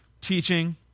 teaching